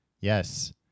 Yes